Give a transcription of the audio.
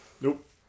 Nope